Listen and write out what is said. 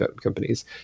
companies